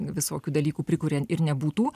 visokių dalykų prikuria ir nebūtų